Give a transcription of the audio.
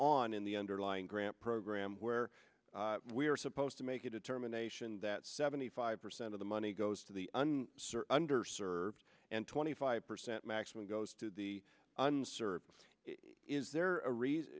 on in the underlying grant program where we are supposed to make a determination that seventy five percent of the money goes to the un under served and twenty five percent maximum goes to the un sir is there a reason